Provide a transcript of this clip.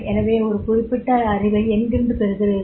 எனவே ஒரு குறிப்பிட்ட அறிவை எங்கிருந்து பெறுகிறீர்கள்